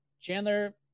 chandler